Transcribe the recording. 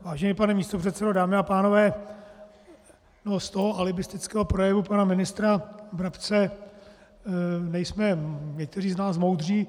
Vážený pane místopředsedo, dámy a pánové, no, z toho alibistického projevu pana ministra Brabce nejsme někteří z nás moudří.